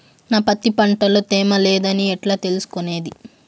నా పత్తి పంట లో తేమ లేదని ఎట్లా తెలుసుకునేది?